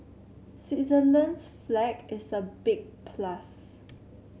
Switzerland's flag is a big plus